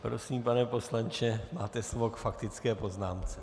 Prosím, pane poslanče, máte slovo k faktické poznámce.